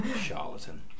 Charlatan